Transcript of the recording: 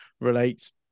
relates